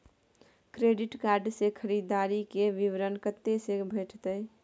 Credit card से खरीददारी के विवरण कत्ते से भेटतै?